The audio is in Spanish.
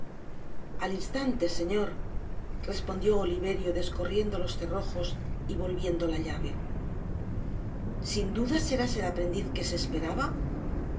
al instante señor respondió oliverio descorriendo los cerrojos y volviendo la llave sin duda serás el aprendiz que se esperaba